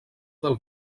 del